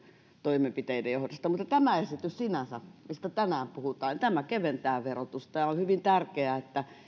toimenpiteiden johdosta mutta sinänsä tämä esitys mistä tänään puhutaan keventää verotusta ja on hyvin tärkeää että